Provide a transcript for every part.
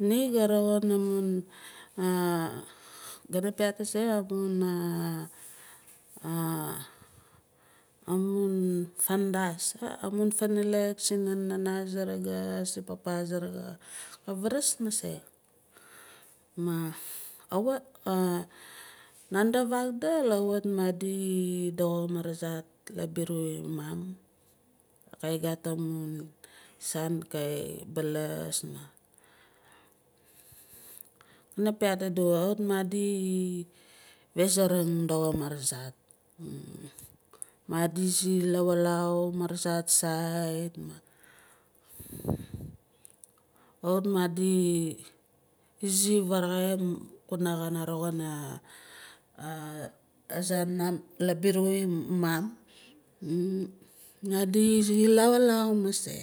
Ni ga roxin amun an kana piat aze amun amun fandas amun fanalak sinamun nana saraga si papa saraga ka vaaras mase nandi vakdul kawit madi doxo marazart la biru mum ka gat amun saan ka baalas maa gana piaat adu kawit madi behzarang doxo marazart madi izi lawalan marazart sait maa kawit madi izi varaxai kuna kana roxin a azaan la biruim mum madi izi lawalau mase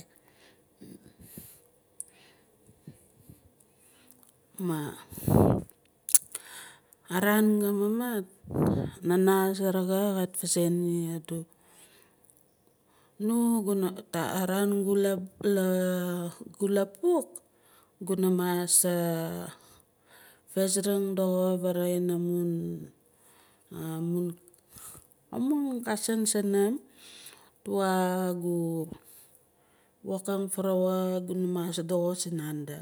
ma araan ga mamat nana saraga ka azei nia adu gu lapuk guna mas fezaring doxo aring amun amun cousin sunum tuwa gu wokim farawak guna mas doxo zinada.